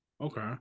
Okay